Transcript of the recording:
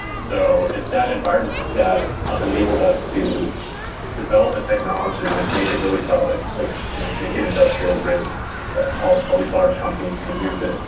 so it's that environment that enabled us to develop a technology and just make it really solid, like you know make it industrial grade that all all these large companies can use it,